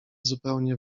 zupełnie